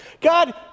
God